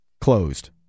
Closed